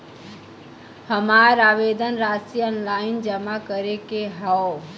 हमार आवेदन राशि ऑनलाइन जमा करे के हौ?